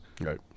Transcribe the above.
Right